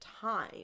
time